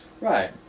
Right